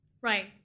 Right